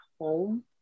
home